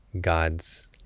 God's